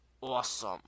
awesome